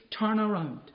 turnaround